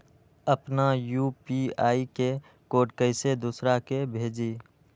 अपना यू.पी.आई के कोड कईसे दूसरा के भेजी?